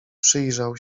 przyjrzał